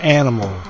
animal